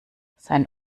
sein